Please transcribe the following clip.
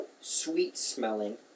sweet-smelling